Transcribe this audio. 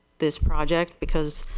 this project. because,